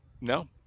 no